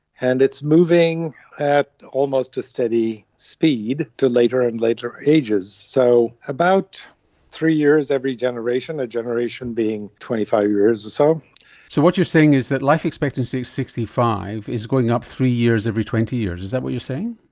and it's moving at almost a steady speed to later and later ages. so about three years every generation, a generation being twenty five years or so. so what you're saying is that life expectancy at sixty five is going up three years every twenty years, is that what you're saying?